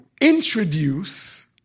introduce